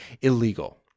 illegal